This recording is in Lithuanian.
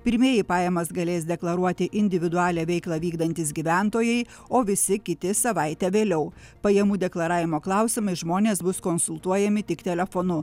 pirmieji pajamas galės deklaruoti individualią veiklą vykdantys gyventojai o visi kiti savaite vėliau pajamų deklaravimo klausimais žmonės bus konsultuojami tik telefonu